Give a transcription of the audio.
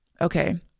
okay